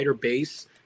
base